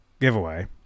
giveaway